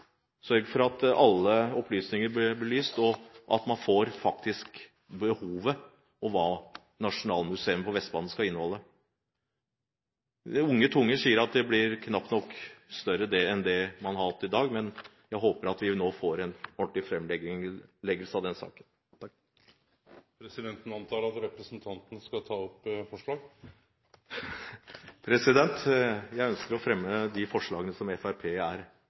at man får se hva det er behov for at Nasjonalmuseet på Vestbanen skal inneholde. Onde tunger sier at det blir knapt nok større enn det man har hatt til i dag. Så jeg håper at vi nå får en ordentlig framleggelse av den saken. Jeg ønsker å fremme de forslag som Fremskrittspartiet er medforslagsstiller til. Representanten Ib Thomsen har teke opp dei forslaga han refererte til. Det er flott at vi har fått en melding om visuell kunst. Det er